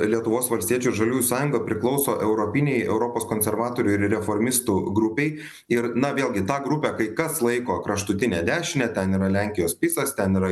lietuvos valstiečių ir žaliųjų sąjunga priklauso europinei europos konservatorių ir reformistų grupei ir na vėlgi tą grupę kai kas laiko kraštutine dešine ten yra lenkijos pisas ten yra